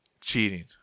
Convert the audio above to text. cheating